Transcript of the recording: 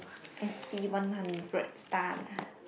S_T one hundred star lah